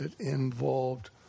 involved